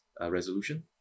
resolution